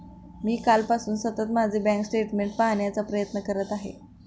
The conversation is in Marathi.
मी कालपासून सतत माझे बँक स्टेटमेंट्स पाहण्याचा प्रयत्न करत आहे